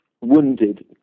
wounded